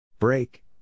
Break